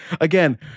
Again